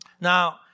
Now